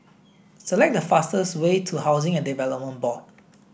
select the fastest way to Housing and Development Board